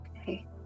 Okay